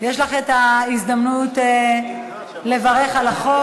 יש לך ההזדמנות לברך על החוק.